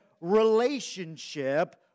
relationship